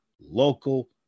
Local